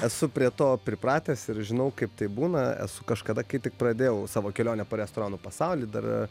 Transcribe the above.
esu prie to pripratęs ir žinau kaip tai būna esu kažkada kai tik pradėjau savo kelionę po restoranų pasaulį dar